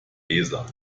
leser